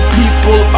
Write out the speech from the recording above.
people